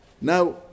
Now